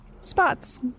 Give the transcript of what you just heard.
spots